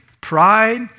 pride